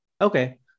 Okay